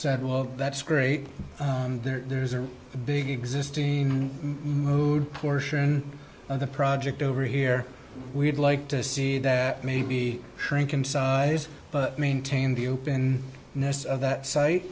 said well that's great there's a big existing mood portion of the project over here we'd like to see that maybe shrink in size but maintain the open ness of that site